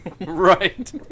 Right